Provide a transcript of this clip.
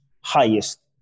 highest